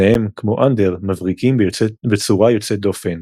שניהם, כמו אנדר, מבריקים בצורה יוצאת דופן,